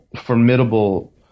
formidable